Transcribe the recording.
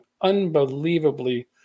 unbelievably